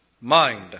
mind